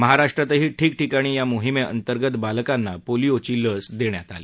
महाराष्ट्रातही ठिकठिकाणी या मोहीमेअंतर्गत बालकांना पोलीओची लस देण्यात आली